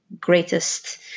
greatest